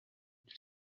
توی